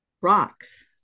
rocks